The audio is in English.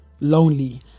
lonely